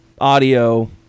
audio